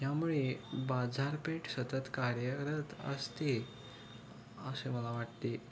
यामुळे बाजारपेठ सतत कार्यरत असते असे मला वाटते